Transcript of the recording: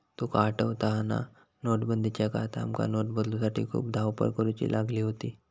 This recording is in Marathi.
तुका आठवता हा ना, नोटबंदीच्या काळात आमका नोट बदलूसाठी खूप धावपळ करुची लागली होती